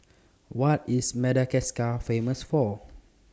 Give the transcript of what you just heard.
What IS Madagascar Famous For